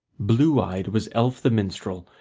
blue-eyed was elf the minstrel,